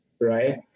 right